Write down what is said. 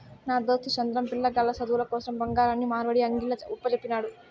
నా దోస్తు చంద్రం, పిలగాల్ల సదువుల కోసరం బంగారాన్ని మార్వడీ అంగిల్ల ఒప్పజెప్పినాడు